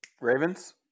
Ravens